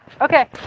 Okay